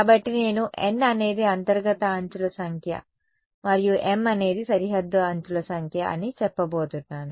కాబట్టి నేను n అనేది అంతర్గత అంచుల సంఖ్య మరియు m అనేది సరిహద్దు అంచుల సంఖ్య అని చెప్పబోతున్నాను